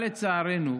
אבל לצערנו,